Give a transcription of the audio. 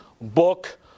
book